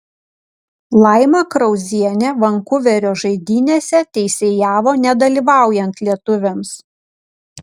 laima krauzienė vankuverio žaidynėse teisėjavo nedalyvaujant lietuviams